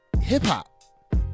hip-hop